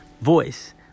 voice